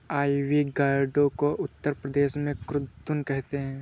ivy gourd को उत्तर प्रदेश में कुद्रुन कहते हैं